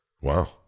Wow